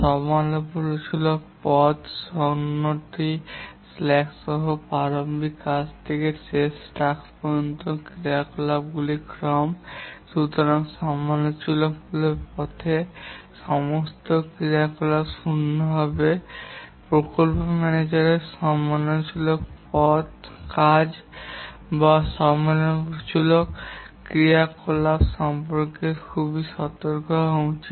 সমালোচনামূলক পথটি শূন্য স্ল্যাক সহ প্রারম্ভিক কাজ থেকে শেষ টাস্ক পর্যন্ত ক্রিয়াকলাপগুলির ক্রম সুতরাং সমালোচনামূলক পথে সমস্ত ক্রিয়াকলাপ শূন্য হবে প্রকল্প ম্যানেজারের সমালোচনামূলক কাজ বা সমালোচনামূলক ক্রিয়াকলাপ সম্পর্কে খুব সতর্ক হওয়া উচিত